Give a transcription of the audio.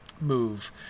move